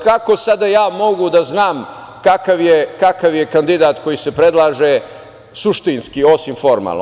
Kako ja sada mogu da znam kakav je kandidat koji se predlaže suštinski, osim formalno.